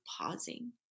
pausing